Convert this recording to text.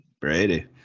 Brady